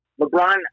LeBron